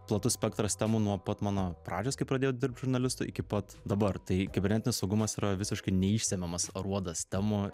platus spektras temų nuo pat mano pradžios kai pradėjau dirbt žurnalistu iki pat dabar tai kibernetinis saugumas yra visiškai neišsemiamas aruodas temų